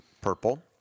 purple